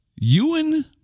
ewan